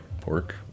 pork